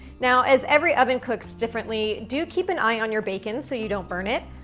now, as every oven cooks differently, do keep an eye on your bacon so you don't burn it.